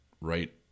right